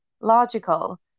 logical